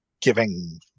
giving